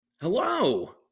Hello